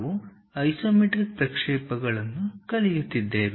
ನಾವು ಐಸೊಮೆಟ್ರಿಕ್ ಪ್ರಕ್ಷೇಪಗಳು ಕಲಿಯುತ್ತಿದ್ದೇವೆ